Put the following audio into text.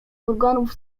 furgonów